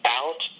out